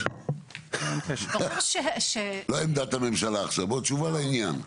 אמיתית, לא עמדת הממשלה עכשיו, תשובה לעניין.